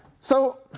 so